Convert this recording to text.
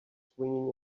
swinging